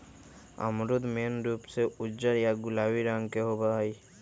अमरूद मेन रूप से उज्जर या गुलाबी रंग के होई छई